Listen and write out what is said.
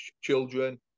children